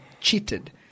cheated